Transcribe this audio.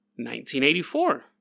1984